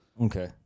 Okay